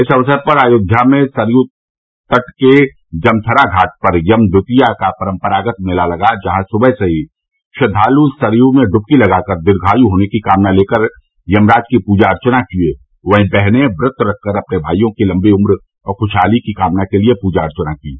इस अवसर पर अयोध्या में सरयू तट के जमथरा घाट पर यम द्वितीया का परम्परागत मेला लगा जहां सुबह से ही श्रद्दाल् सरयू में डुबकी लगाकर दीर्घायु होने की कामना तेकर यमराज की पूजा अर्वना किए वहीं बहने व्रत रख कर अपने भाइयों की लम्बी उम्र और खुशहाली की कामना के लिए पूजा अर्चना कीं